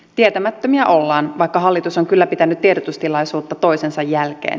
tietämättömiä ollaan vaikka hallitus on kyllä pitänyt tiedotustilaisuutta toisensa jälkeen